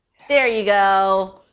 there you go.